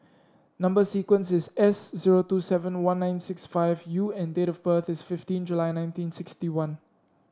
number sequence is S zero two seven one nine six five U and date of birth is fifteen July nineteen sixty one